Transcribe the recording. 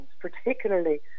particularly